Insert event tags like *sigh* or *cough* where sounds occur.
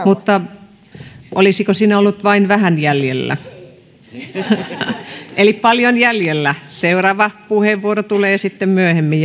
*unintelligible* mutta olisiko siinä ollut vain vähän jäljellä eli paljon jäljellä seuraava puheenvuoro tulee sitten myöhemmin *unintelligible*